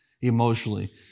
emotionally